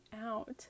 out